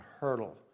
hurdle